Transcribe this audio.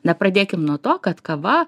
na pradėkim nuo to kad kava